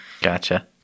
Gotcha